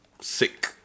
sick